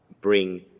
bring